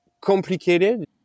complicated